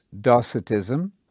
Docetism